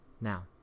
Now